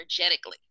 energetically